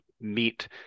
meet